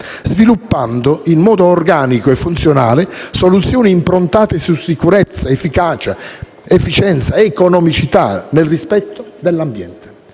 sviluppando in modo organico e funzionale soluzioni improntate su sicurezza, efficienza, efficacia, economicità nel rispetto dell'ambiente.